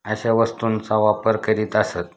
अशा वस्तूंचा वापर करीत असतं